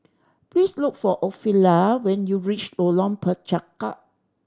please look for Ofelia when you reach Lorong Penchalak